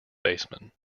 baseman